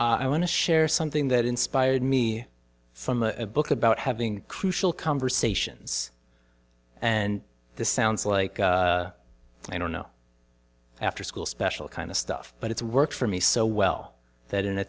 i want to share something that inspired me from a book about having crucial conversations and this sounds like i don't know after school special kind of stuff but it's worked for me so well that in a